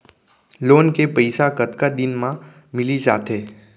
Loan के पइसा कतका दिन मा मिलिस जाथे?